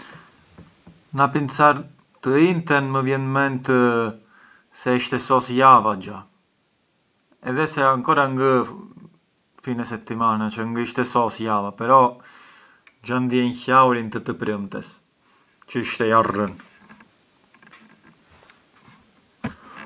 Na kit skartarja njerën te këto dia më përqej më shumë të zgjonisha na menat njize e të isha bellu produttivu menanvet, però ë një shurbes çë u naturalmenti ngë jarrënj të bunj, cioè u kam un’indole notturna e më përqen të… jo më përqen, më vjen facili, lexhu të rri zgjuar te notata e mankari shkruanj o bunj ndo gjagjë te notata, natën, inveci jam e mpinjarem të kërkonj të zgjonem menanvet njize, ashtu mbrënvet makari jarrën lodhët e flë e kriar un circolo virtuoso.